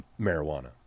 Marijuana